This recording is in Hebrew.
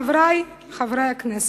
חברי חברי הכנסת,